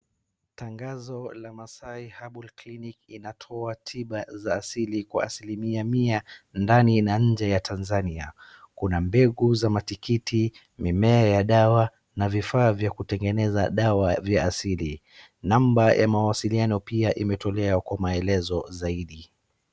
Tangazo la Masai Herbal clini inatoa tiba za asili kwa asilimia mia ndani na nje ya Tanzania. Kuna mbegu za matikiti, mimea ya dawa na vifaa vya kutengeneza dawa vya asili. Namba ya mawasiliano pia imetolewa kwa maelezo zaidi.